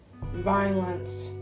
violence